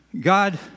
God